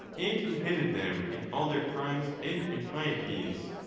and who headed them in all their crilnes and impieties,